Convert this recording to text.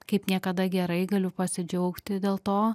kaip niekada gerai galiu pasidžiaugti dėl to